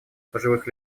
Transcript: пожилых